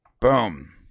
Boom